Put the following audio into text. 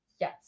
Yes